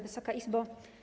Wysoka Izbo!